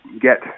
get